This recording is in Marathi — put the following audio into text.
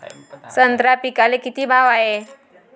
संत्रा पिकाले किती भाव हाये?